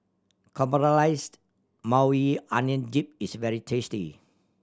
Caramelized Maui Onion Dip is very tasty